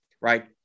right